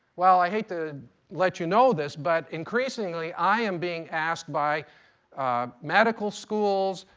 well, i hate to let you know this, but increasingly i am being asked by medical schools,